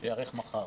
שייערך מחר.